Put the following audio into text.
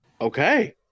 Okay